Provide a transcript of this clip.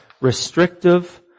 restrictive